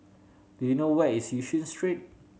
do you know where is Yishun Street